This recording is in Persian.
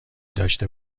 داشته